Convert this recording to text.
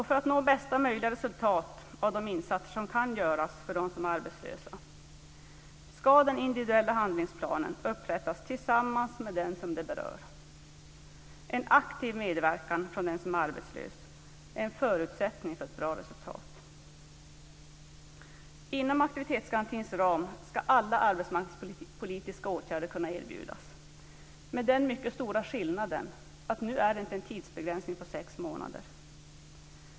För att nå bästa möjliga resultat av de insatser som kan göras för dem som är arbetslösa ska den individuella handlingsplanen upprättas tillsammans med den det berör. En aktiv medverkan från den som är arbetslös är en förutsättning för ett bra resultat. Inom aktivitetsgarantins ram ska alla arbetspolitiska åtgärder kunna erbjudas med den mycket stora skillnaden att det nu inte är en tidsbegränsning på sex månader.